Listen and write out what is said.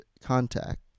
contact